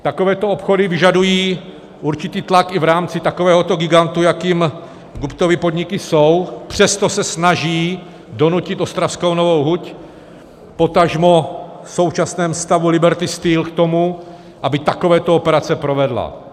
Takovéto obchody vyžadují určitý tlak i v rámci takovéhoto gigantu, jakým Guptovy podniky jsou, přesto se snaží donutit ostravskou Novou huť, potažmo v současném stavu Liberty Steel, k tomu, aby takovéto operace provedla.